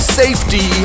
safety